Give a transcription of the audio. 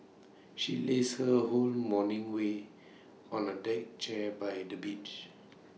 she lazed her whole morning way on A deck chair by the beach